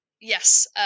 yes